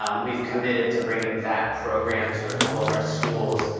um we've committed to bringing that program to a couple of our schools.